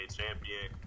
champion